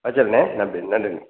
வெச்சுட்றண்ணே நன்றி நன்றிண்ணே